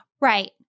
right